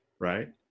right